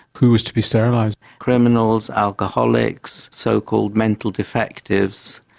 who was to be sterilised? criminals, alcoholics, so-called mental defectives.